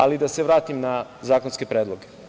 Ali, da se vratim na zakonske predloge.